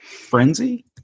frenzy